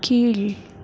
கீழ்